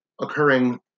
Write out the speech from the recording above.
occurring